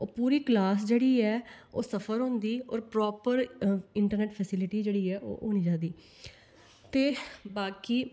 पूरी क्लास जेहड़ी ऐ ओह् सफर होंदी ते पूरी इंटरनेट दी प्रापर इंटरनेट फेसीलिटी जेहड़ी ऐ ओह् नेईं मिलदी ते बाकी